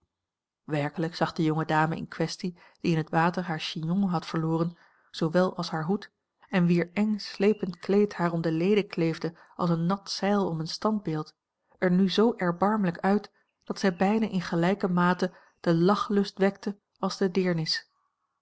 werkelijk zag de jonge dame in kwestie die in het water haar chignon had verloren zoowel als haar hoed en wier eng slepend kleed haar om de leden kleefde als een nat zeil om een standbeeld er nu zoo erbarmelijk uit dat zij bijna in gelijke mate den lachlust wekte als de